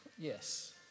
Yes